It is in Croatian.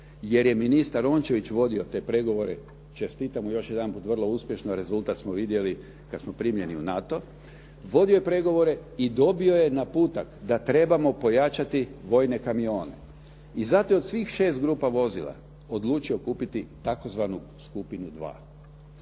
jer je ministar Rončević vodio te pregovore, čestitam mu još jedanput, vrlo uspješno, rezultat smo vidjeli kad smo primljeni u NATO. Vodio je pregovore i dobio je naputak da trebamo pojačati vojne kamione i zato je od svih šest grupa vozila odlučio kupiti tzv. skupinu 2.